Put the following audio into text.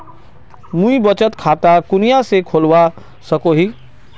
मुई बचत खता कुनियाँ से खोलवा सको ही?